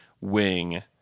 wing